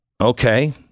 okay